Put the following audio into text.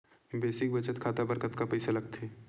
Basic बचत खाता बर कतका पईसा लगथे?